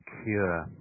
cure